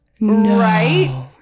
right